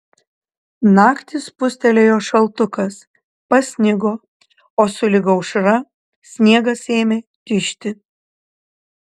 naktį spustelėjo šaltukas pasnigo o sulig aušra sniegas ėmė tižti